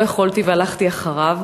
לא יכולתי והלכתי אחריו.